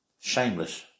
Shameless